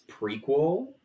prequel